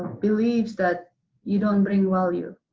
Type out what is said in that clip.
belief that you don't bring value.